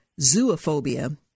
zoophobia